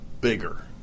bigger